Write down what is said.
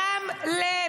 רמלה,